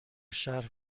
شهر